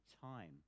time